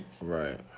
Right